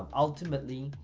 ultimately,